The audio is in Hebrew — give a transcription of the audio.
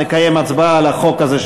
נקיים הצבעה על החוק הזה,